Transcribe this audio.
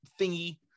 thingy